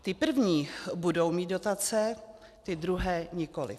Ty první budou mít dotace, ty druhé nikoliv.